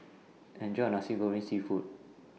Enjoy your Nasi Goreng Seafood